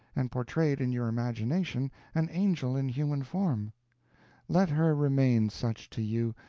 and portrayed in your imagination an angel in human form let her remain such to you,